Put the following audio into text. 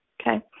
okay